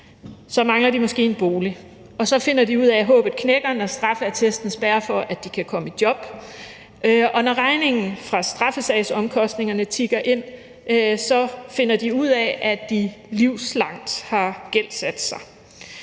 Så mangler de måske en bolig, og så finder de ud af, at håbet knækker, når straffeattesten spærrer for, at de kan komme i job. Og når regningen fra straffesagsomkostningerne tikker ind, finder de ud af, at de livslangt har gældsat sig.